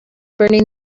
burning